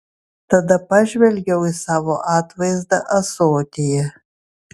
tada pažvelgiau į savo atvaizdą ąsotyje